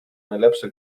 najlepsze